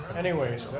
anyways,